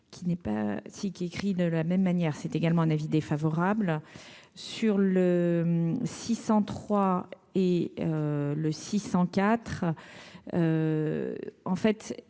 qui n'est pas si qui écrit de la même manière, c'est également un avis défavorable sur le 603 et le six cent